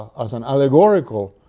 as an allegorical